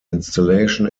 installation